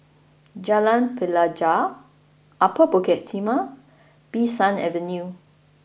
Jalan Pelajau Upper Bukit Timah Bee San Avenue